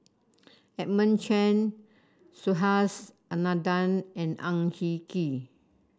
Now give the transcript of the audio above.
Edmund Chen Subhas Anandan and Ang Hin Kee